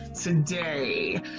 today